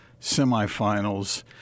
semifinals—